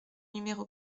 numéro